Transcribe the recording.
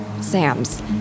Sam's